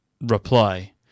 reply